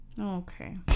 Okay